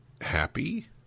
happy